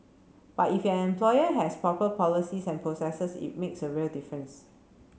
but if an employer has proper policies and processes it makes a real difference